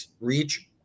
reach